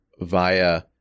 via